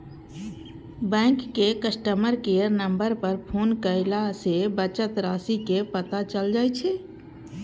bank के customer care number पर phone कयला सं बचत राशिक पता चलि जाइ छै